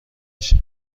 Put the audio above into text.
میشه